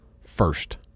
first